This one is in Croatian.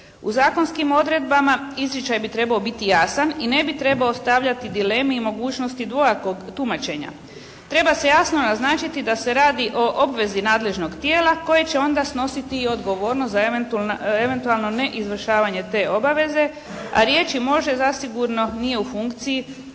U zakonskim odredbama izričaj bi trebao biti jasan i ne bi trebao stavljati dileme i mogućnosti dvojakog tumačenja. Treba se jasno naznačiti da se radi o obvezi nadležnog tijela koje će onda snositi i odgovornost za eventualno ne izvršavanje te obaveze a riječi može zasigurno nije u funkciji